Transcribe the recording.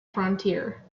frontier